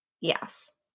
Yes